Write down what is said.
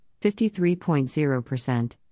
53.0%